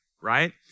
right